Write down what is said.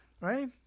Right